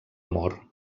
amor